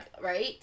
right